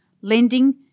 lending